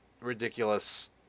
ridiculous